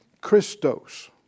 Christos